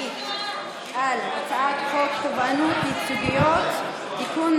על הצעת חוק תובענות ייצוגיות (תיקון,